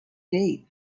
deep